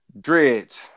dreads